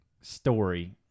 story